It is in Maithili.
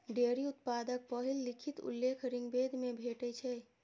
डेयरी उत्पादक पहिल लिखित उल्लेख ऋग्वेद मे भेटै छै